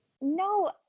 No